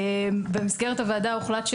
במסגרת הוועדה הוחלט,